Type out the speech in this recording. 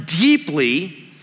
deeply